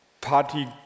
party